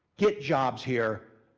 get jobs here,